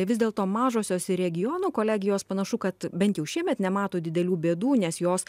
vis dėlto mažosios ir regionų kolegijos panašu kad bent jau šiemet nemato didelių bėdų nes jos